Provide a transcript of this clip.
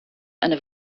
eine